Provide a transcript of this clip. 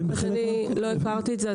אה, לא הכרתי את זה.